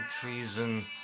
Treason